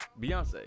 Beyonce